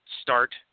start